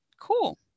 Cool